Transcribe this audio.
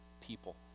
people